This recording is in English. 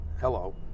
hello